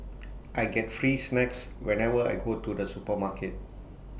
I get free snacks whenever I go to the supermarket